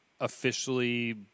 officially